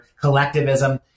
collectivism